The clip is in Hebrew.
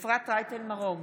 אפרת רייטן מרום,